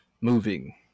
moving